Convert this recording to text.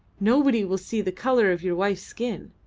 nobody will see the colour of your wife's skin.